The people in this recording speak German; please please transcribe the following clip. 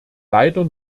leider